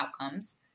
Outcomes